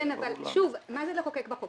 מה זה לחוקק בחוק?